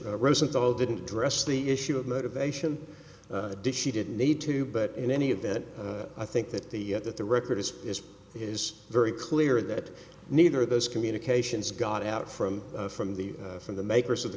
rosenthal didn't dress the issue of motivation did she didn't need to but in any event i think that the that the record is is is very clear that neither of those communications got out from from the from the